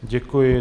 Děkuji.